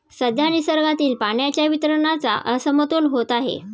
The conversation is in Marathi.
सध्या निसर्गातील पाण्याच्या वितरणाचा असमतोल होत आहे